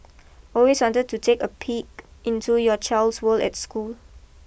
always wanted to take a peek into your child's world at school